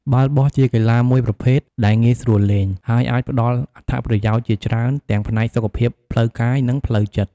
បាល់បោះជាកីឡាមួយប្រភេទដែលងាយស្រួលលេង ហើយអាចផ្តល់អត្ថប្រយោជន៍ជាច្រើនទាំងផ្នែកសុខភាពផ្លូវកាយ និងផ្លូវចិត្ត។